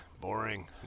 boring